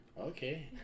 okay